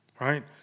Right